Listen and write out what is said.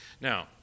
Now